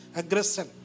aggression